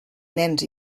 nens